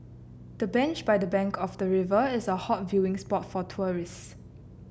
the bench by the bank of the river is a hot viewing spot for tourist